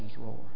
roar